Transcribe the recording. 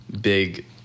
big